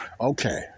Okay